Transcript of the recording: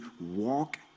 walk